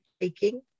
taking